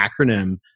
acronym